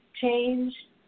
Change